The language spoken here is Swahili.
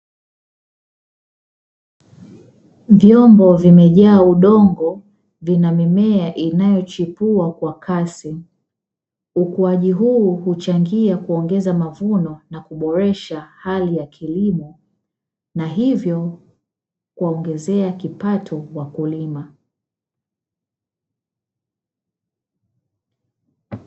Vyombo vimejaa udongo, vina mimea inayochipua kwa kasi. Ukuaji huu huchangia kuongeza mavuno na kuboresha hali ya kilimo, na hivyo kuwaongezea kipato wakulima.